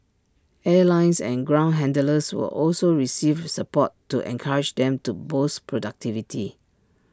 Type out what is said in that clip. airlines and ground handlers will also receive support to encourage them to boost productivity